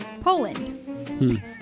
Poland